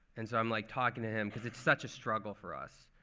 and so i'm like talking to him because it's such a struggle for us.